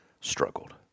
struggled